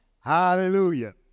Hallelujah